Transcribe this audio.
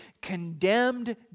condemned